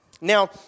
Now